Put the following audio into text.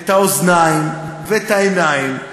את האוזניים ואת העיניים,